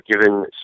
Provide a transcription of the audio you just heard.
given